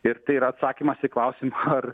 ir tai yra atsakymas į klausimą ar